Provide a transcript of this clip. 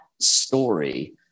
story